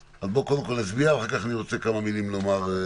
קודם כול נצביע ואחר כך אני רוצה לומר כמה מילים בהמשך.